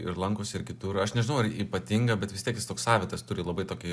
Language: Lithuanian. ir lankosi ir kitur aš nežinau ar ypatinga bet vis tiek jis toks savitas turi labai tokią